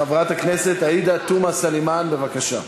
חברת הכנסת עאידה תומא סלימאן, בבקשה.